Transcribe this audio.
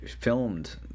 filmed